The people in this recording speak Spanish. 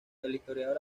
historiador